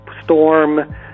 storm